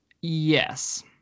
Yes